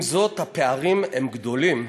עם זאת, הפערים הם גדולים,